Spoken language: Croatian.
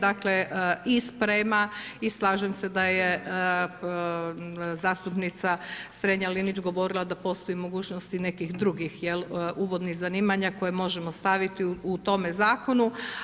Dakle i sprema, i slažem se da je zastupnica Strenja-Linić govorila da postoji mogućnosti nekih drugih uvodnih zanimanja koje možemo staviti u tome zakonu.